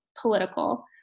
political